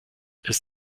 ist